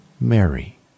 Mary